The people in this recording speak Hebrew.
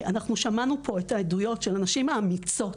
שמענו פה את העדויות של הנשים האמיצות,